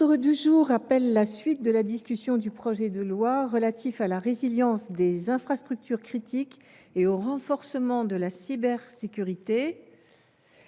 L’ordre du jour appelle la suite de la discussion du projet de loi relatif à la résilience des infrastructures critiques et au renforcement de la cybersécurité